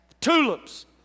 tulips